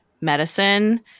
medicine